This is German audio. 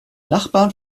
nachbarn